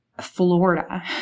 Florida